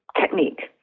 technique